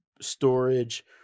storage